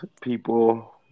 people